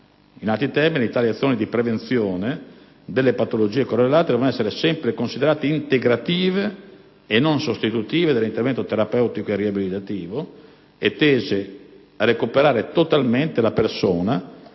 In altri termini, tali azioni di prevenzione delle patologie correlate devono essere sempre considerate integrative e non sostitutive dell'intervento terapeutico e riabilitativo e tese a recuperare totalmente la persona,